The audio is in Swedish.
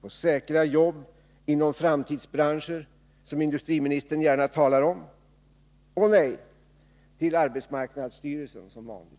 på säkra jobb inom framtidsbranscher, som industriministern gärna talar om? Ånej, till arbetsmarknadsstyrelsen som vanligt.